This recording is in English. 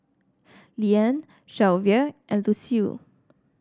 Leanne Shelvia and Lucille